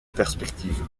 perspective